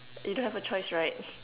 you don't have a choice right